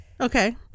Okay